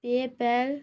PayPal